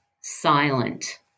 silent